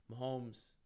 Mahomes